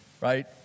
right